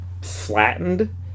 flattened